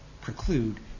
preclude